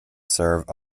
serve